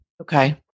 Okay